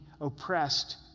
oppressed